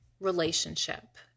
relationship